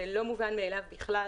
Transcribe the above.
זה לא מובן מאליו בכלל